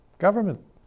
Government